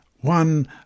one